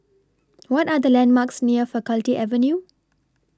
What Are The landmarks near Faculty Avenue